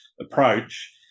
approach